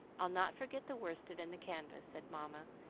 i'll not forget the worsted and the canvas, said mamma,